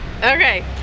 okay